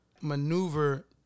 maneuver